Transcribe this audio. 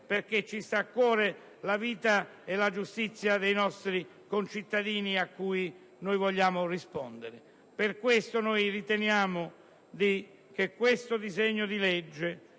perché ci sta a cuore la vita e la giustizia dei nostri concittadini ai quali vogliamo rispondere. Per questo riteniamo che tale disegno di legge